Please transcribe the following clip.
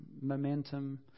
momentum